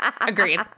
Agreed